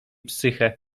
psyche